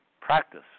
practice